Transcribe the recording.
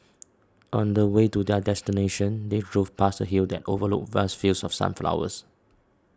on the way to their destination they drove past a hill that overlooked vast fields of sunflowers